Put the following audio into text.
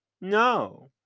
No